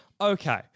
Okay